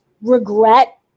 regret